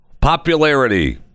popularity